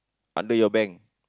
under your bank